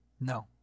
No